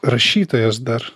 rašytojas dar